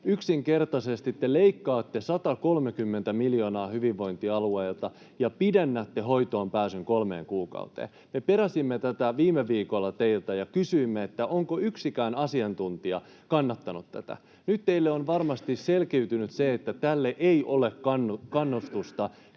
Yksinkertaisesti te leikkaatte 130 miljoonaa hyvinvointialueilta ja pidennätte hoitoonpääsyn kolmeen kuukauteen. Me peräsimme tätä viime viikolla teiltä ja kysyimme, onko yksikään asiantuntija kannattanut tätä. Nyt teille on varmasti selkiytynyt se, että tälle ei ole kannustusta